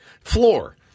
Floor